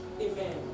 amen